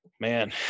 man